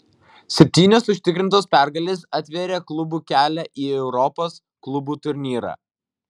septynios užtikrintos pergalės atvėrė klubui kelią į europos klubų turnyrą